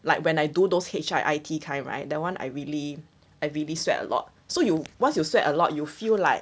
like when I do those H_I_I_T kind right that one I really I really sweat a lot so you once you sweat a lot you feel like